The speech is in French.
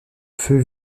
feu